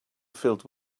filled